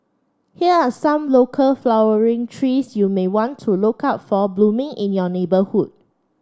here are some local flowering trees you may want to look out for blooming in your neighbourhood